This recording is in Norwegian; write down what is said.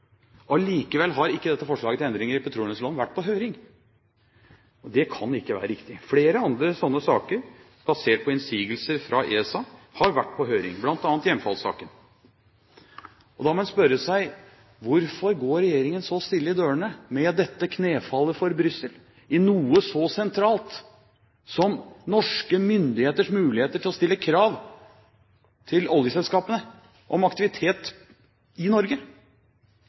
Allikevel har ikke dette forslaget til endringer i petroleumsloven vært på høring. Det kan ikke være riktig. Flere andre sånne saker, basert på innsigelser fra ESA, har vært på høring, bl.a. hjemfallssaken. Da må en spørre seg: Hvorfor går regjeringen så stille i dørene med dette knefallet for Brussel i noe så sentralt som norske myndigheters muligheter til å stille krav til oljeselskapene om aktivitet i Norge?